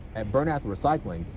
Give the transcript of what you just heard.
at bernath recycling,